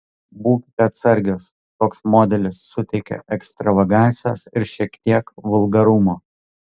būkite atsargios toks modelis suteikia ekstravagancijos ir šiek tiek vulgarumo